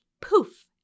poof